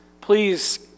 please